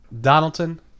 Donaldson